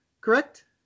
correct